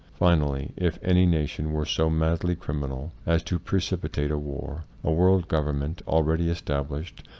finally, if any na tion were so madly criminal as to precipitate a war, a world govern ment, already established,